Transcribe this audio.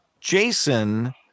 Jason